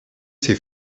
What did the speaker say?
ses